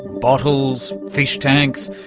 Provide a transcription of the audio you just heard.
bottles, fish-tanks,